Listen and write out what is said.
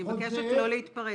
אני מבקשת לא להתפרץ.